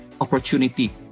opportunity